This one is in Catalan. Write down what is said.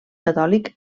catòlic